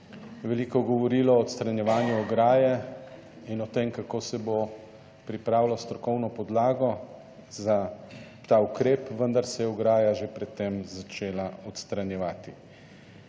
veliko govorilo o odstranjevanju ograje in o tem, kako se bo pripravilo strokovno podlago za ta ukrep, vendar se je ograja že pred tem začela odstranjevati.